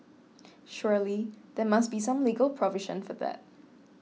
surely there must be some legal provision for that